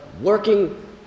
working